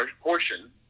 portion